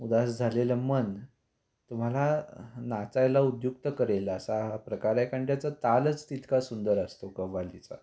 उदास झालेलं मन तुम्हाला नाचायला उद्युक्त करेल असा हा प्रकार आहे कारण त्याचा तालच तितका सुंदर असतो कव्वालीचा